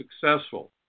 successful